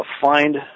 find